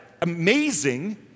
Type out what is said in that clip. amazing